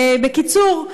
בקיצור,